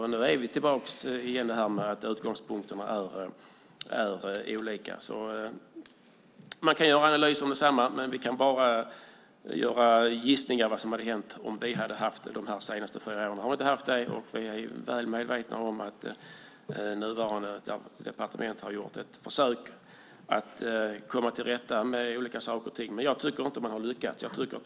Nu är vi tillbaka i det här med att utgångspunkterna är olika. Man kan göra en analys av detsamma, men man kan bara gissa vad som hade hänt om vi hade regerat de senaste fyra åren. Nu har vi inte gjort det. Vi är väl medvetna om att nuvarande departement har gjort ett försök att komma till rätta med olika saker och ting, men jag tycker inte att man har lyckats.